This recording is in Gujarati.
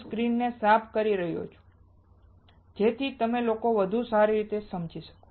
હું સ્ક્રીનને સાફ કરી રહ્યો છું જેથી તમે લોકો વધુ સારી રીતે જોઈ શકો